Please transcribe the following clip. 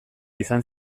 izan